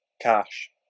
cash